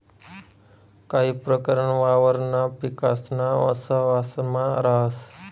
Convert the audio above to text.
काही प्रकरण वावरणा पिकासाना सहवांसमा राहस